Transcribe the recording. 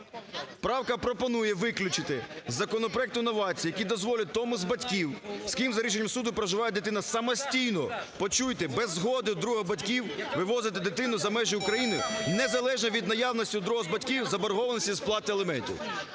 Правка пропонує виключити з законопроекту новації, які дозволять тому з батьків, з ким за рішенням суду проживає дитина, самостійно – почуйте – без згоди другого з батьків вивозити дитину за межі України, незалежно від наявності у другого з батьків заборгованості з сплати аліментів.